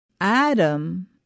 Adam